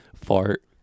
fart